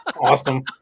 awesome